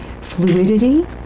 fluidity